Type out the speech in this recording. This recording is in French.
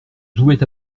jouait